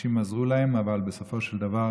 אנשים עזרו להם, אבל בסופו של דבר